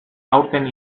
aurten